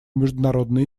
международные